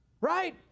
right